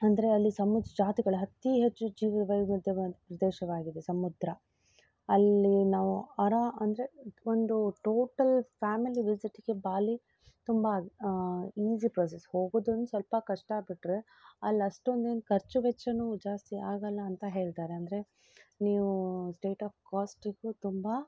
ಅಂದರೆ ಅಲ್ಲಿ ಸಮುದ್ರ ಜಾತಿಗಳ ಅತಿ ಹೆಚ್ಚು ಜೀವವೈವಿಧ್ಯವಾದ ಪ್ರದೇಶವಾಗಿದೆ ಸಮುದ್ರ ಅಲ್ಲಿ ನಾವು ಅರ ಅಂದರೆ ಒಂದು ಟೋಟಲ್ ಫ್ಯಾಮಿಲಿ ವಿಸಿಟಿಗೆ ಬಾಲಿ ತುಂಬ ಈಸಿ ಪ್ರೊಸೆಸ್ ಹೋಗುದೊಂದು ಸ್ವಲ್ಪ ಕಷ್ಟ ಬಿಟ್ಟರೆ ಅಲ್ಲಿ ಅಷ್ಟೊಂದೇನ್ ಖರ್ಚು ವೆಚ್ಚನೂ ಜಾಸ್ತಿ ಆಗಲ್ಲ ಅಂತ ಹೇಳ್ತಾರೆ ಅಂದರೆ ನೀವು ಸ್ಟೇಟ್ ಆಫ್ ಕಾಸ್ಟಿಗೂ ತುಂಬ